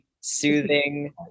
soothing